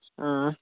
آ